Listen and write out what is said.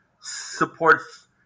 supports